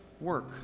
work